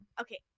Okay